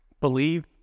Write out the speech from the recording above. believe